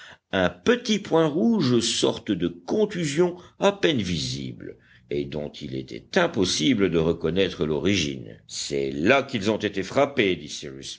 un petit point rouge sorte de contusion à peine visible et dont il était impossible de reconnaître l'origine c'est là qu'ils ont été frappés